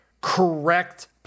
correct